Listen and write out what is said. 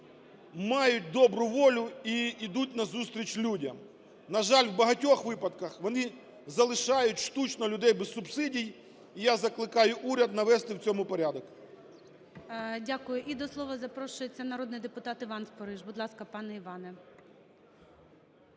мають добру волю і йдуть назустріч людям. На жаль, в багатьох випадках вони залишають штучно людей без субсидій. І я закликаю уряд навести в цьому порядок. ГОЛОВУЮЧИЙ. Дякую. І до слова запрошується народний депутат Іван Спориш. Будь ласка, пане Іване.